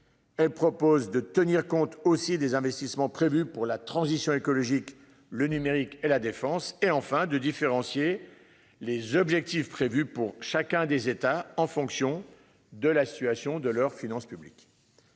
Elle propose de tenir compte aussi des investissements prévus pour la transition écologique, le numérique et la défense, et enfin de différencier les objectifs prévus pour chacun des États en fonction de la situation de leurs finances publiques.